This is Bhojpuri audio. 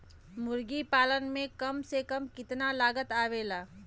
मुर्गी पालन में कम से कम कितना लागत आवेला?